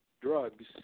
drugs